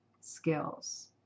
skills